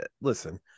listen